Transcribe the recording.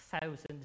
thousand